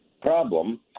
problem